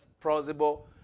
possible